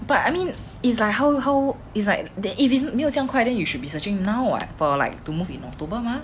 but I mean it's like how how it's like that if its 没有这样快 then you should be searching now [what] for like to move in october mah